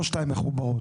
לא שתיים מחוברות,